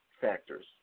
factors